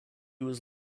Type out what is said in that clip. was